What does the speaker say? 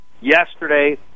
Yesterday